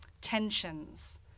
tensions